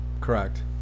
Correct